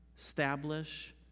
establish